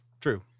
True